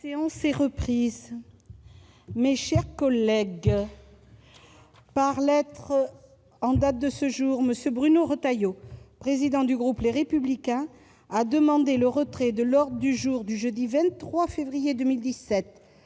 séance est reprise. Mes chers collègues, par lettre en date de ce jour, M. Bruno Retailleau, président du groupe Les Républicains, a demandé le retrait de l'ordre du jour du jeudi 23 février 2017